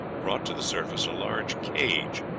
brought to the surface a large cage,